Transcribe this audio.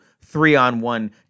three-on-one